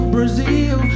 Brazil